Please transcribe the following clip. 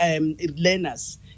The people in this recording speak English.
learners